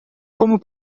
como